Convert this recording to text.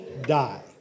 die